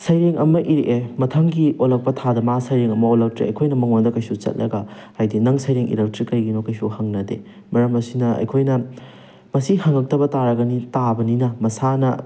ꯁꯩꯔꯦꯡ ꯑꯃ ꯏꯔꯛꯑꯦ ꯃꯊꯪꯒꯤ ꯑꯣꯜꯂꯛꯄ ꯊꯥꯗ ꯃꯥ ꯁꯩꯔꯦꯡ ꯑꯃ ꯑꯣꯜꯂꯛꯇ꯭ꯔꯦ ꯑꯩꯈꯣꯏꯅ ꯃꯉꯣꯟꯗ ꯀꯩꯁꯨ ꯆꯠꯂꯒ ꯍꯥꯏꯗꯤ ꯅꯪ ꯁꯩꯔꯦꯡ ꯏꯔꯛꯇ꯭ꯔꯤ ꯀꯩꯒꯤꯅꯣ ꯀꯩꯁꯨ ꯍꯪꯅꯗꯦ ꯃꯔꯝ ꯑꯁꯤꯅ ꯑꯩꯈꯣꯏꯅ ꯃꯁꯤ ꯍꯪꯉꯛꯇꯕ ꯇꯥꯔꯒꯅꯤ ꯇꯥꯕꯅꯤꯅ ꯃꯁꯥꯅ